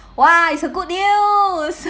!wah! it's a good news